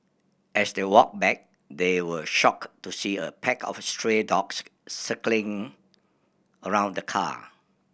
as they walked back they were shocked to see a pack of stray dogs circling around the car